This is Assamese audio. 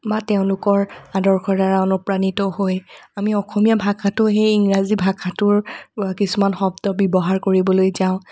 বা তেওঁলোকৰ আদৰ্শৰ দ্বাৰা অনুপ্ৰাণিত হৈ আমি অসমীয়া ভাষাটো সেই ইংৰাজী ভাষাটোৰ কিছুমান শব্দ ব্যৱহাৰ কৰিবলৈ যাওঁ